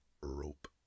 Rope